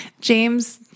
James